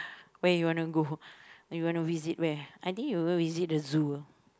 where you want to go where you want to visit where I think you go visit the zoo ah